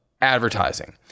advertising